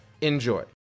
Enjoy